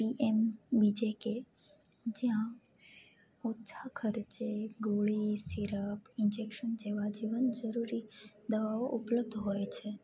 PM BJK જ્યાં ઓછા ખર્ચે ગોળી સિરપ ઈન્જેકશન જેવા જીવન જરૂરી દવાઓ ઉપલબ્ધ હોય છે